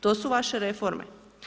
To su vaše reforme.